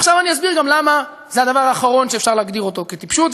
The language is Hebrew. עכשיו אני גם אסביר למה זה הדבר האחרון שאפשר להגדיר אותו כטיפשות,